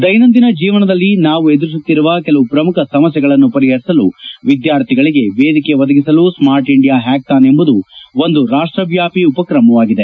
ದೈನಂದಿನ ಜೀವನದಲ್ಲಿ ನಾವು ಎದುರಿಸುತ್ತಿರುವ ಕೆಲವು ಪ್ರಮುಖ ಸಮಸ್ಯೆಗಳನ್ನು ಪರಿಹರಿಸಲು ವಿದ್ಯಾರ್ಥಿಗಳಿಗೆ ವೇದಿಕೆ ಒದಗಿಸಲು ಸ್ಮಾರ್ಟ್ ಇಂಡಿಯಾ ಹ್ಯಾಕಥಾನ್ ಎಂಬುದು ಒಂದು ರಾಷ್ಟ ವ್ಯಾಪಿ ಉಪಕ್ರಮವಾಗಿದೆ